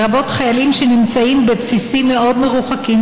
לרבות חיילים שנמצאים בבסיסים מאוד מרוחקים